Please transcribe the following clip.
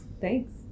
Thanks